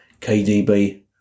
KDB